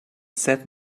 said